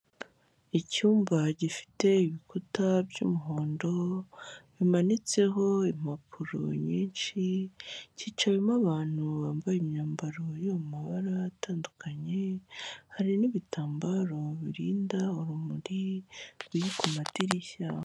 Icyumba gifite ibikuta by'umuhondo bimanitseho impapuro nyinshi, cyicawemo abantu bambaye imyambaro yo mabara atandukanye, hari n'ibitambaro birinda urumuri biri ku madirishya.